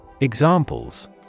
Examples